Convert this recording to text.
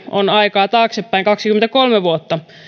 on aikaa taaksepäin kaksikymmentäkolme vuotta